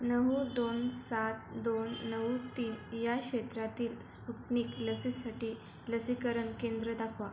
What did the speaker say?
नऊ दोन सात दोन नऊ तीन या क्षेत्रातील स्पुटनिक लसीसाठी लसीकरण केंद्र दाखवा